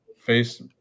face